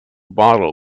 bottle